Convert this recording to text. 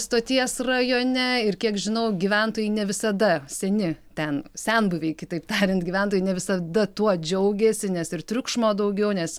stoties rajone ir kiek žinau gyventojai ne visada seni ten senbuviai kitaip tariant gyventojai ne visada tuo džiaugėsi nes ir triukšmo daugiau nes